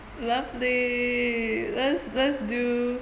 lovely let's let's do